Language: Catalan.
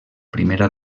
primera